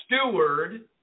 steward